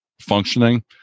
functioning